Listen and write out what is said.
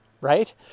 right